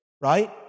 right